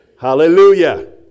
Hallelujah